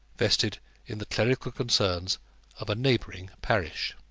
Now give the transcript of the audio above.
vested in the clerical concerns of a neighbouring parish.